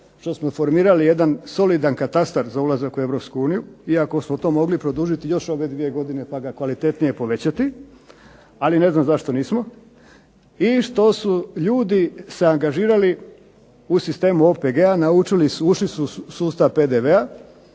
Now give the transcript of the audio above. što smo formirali jedan solidan katastar za ulazak u Europsku uniju iako smo to mogli produžiti još ove dvije godine pa ga kvalitetnije povećati. Ali ne znam zašto nismo. I što su ljudi se angažirali u sistemu OPG-a, naučili su, ušli su u sustav PDV-a,